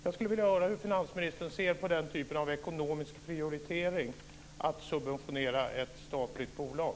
Jag skulle vilja höra hur finansministern ser på den här typen av ekonomisk prioritering då det gäller att subventionera ett statligt bolag.